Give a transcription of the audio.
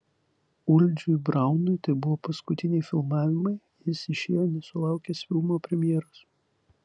uldžiui braunui tai buvo paskutiniai filmavimai jis išėjo nesulaukęs filmo premjeros